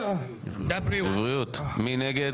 מי נגד?